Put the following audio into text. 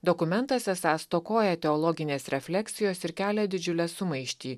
dokumentas esą stokoja teologinės refleksijos ir kelia didžiulę sumaištį